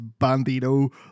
Bandito